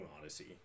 odyssey